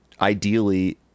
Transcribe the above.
ideally